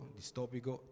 distopico